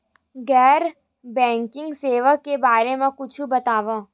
गैर बैंकिंग सेवा के बारे म कुछु बतावव?